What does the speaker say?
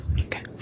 Okay